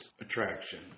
attraction